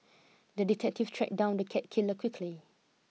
the detective tracked down the cat killer quickly